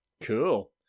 Cool